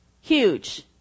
Huge